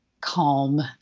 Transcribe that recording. calm